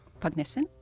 Pugnison